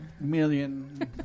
million